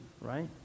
right